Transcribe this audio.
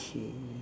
okay